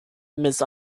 miss